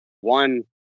One